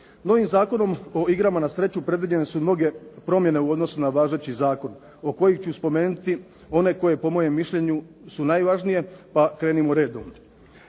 Novim Zakonom o igrama na sreću predviđene su mnoge promjene u odnosu na važeći zakon, od kojih ću spomenuti one koje po mojem mišljenju su najvažnije pa krenimo redom.